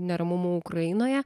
neramumų ukrainoje